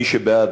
מי שבעד,